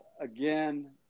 again